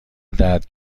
درد